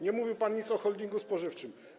Nie mówił pan nic o holdingu spożywczym.